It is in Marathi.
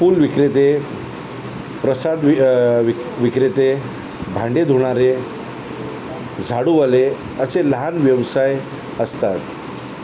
फूल विक्रेते प्रसाद व विक विक्रेतेे भांडे धुणारे झाडूवाले असे लहान व्यवसाय असतात